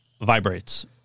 vibrates